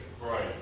Right